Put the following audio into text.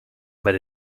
but